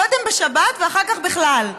קודם בשבת ואחר כך בכלל.